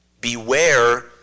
Beware